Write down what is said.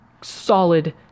solid